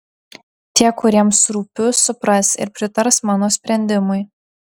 tie kuriems rūpiu supras ir pritars mano sprendimui